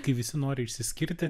kai visi nori išsiskirti